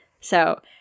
So-